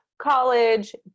college